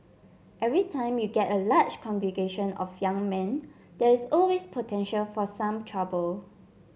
every time you get a large congregation of young men there is always potential for some trouble